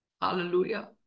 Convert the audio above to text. Hallelujah